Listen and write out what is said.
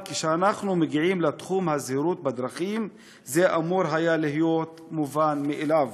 אבל כשאנחנו מגיעים לתחום הזהירות בדרכים זה אמור להיות מובן מאליו.